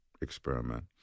experiment